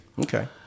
Okay